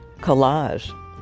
collage